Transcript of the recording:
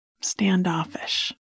standoffish